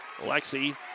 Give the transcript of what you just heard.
Alexi